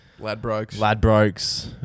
Ladbrokes